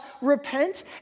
repent